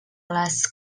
les